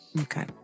okay